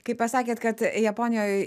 kai pasakėt kad japonijoj